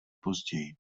později